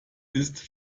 ist